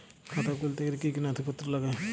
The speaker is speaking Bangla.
খাতা খুলতে গেলে কি কি নথিপত্র লাগে?